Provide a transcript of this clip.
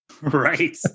Right